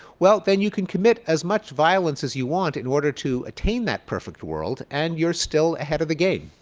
well, then you can commit as much violence as you want in order to attain that perfect world and you're still ahead of the game.